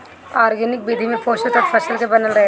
organic विधि में पोषक तत्व फसल के बनल रहेला